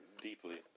deeply